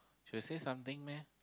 she got say something meh